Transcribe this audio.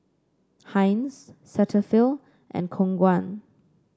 Heinz Cetaphil and Khong Guan